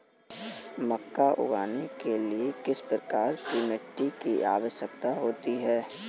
मक्का उगाने के लिए किस प्रकार की मिट्टी की आवश्यकता होती है?